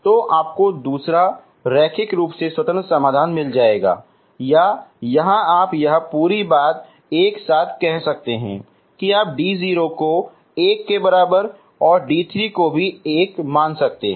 तो यह आपका दूसरा रैखिक रूप से स्वतंत्र समाधान है या यहां आप यह पूरी बात एक साथ कह सकते हैं आप d0 को 1 के बराबर और d3 को भी 1 मान सकते हैं